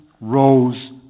rose